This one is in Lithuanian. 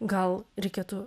gal reikėtų